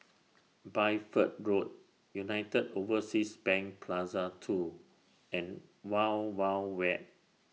Bideford Road United Overseas Bank Plaza two and Wild Wild Wet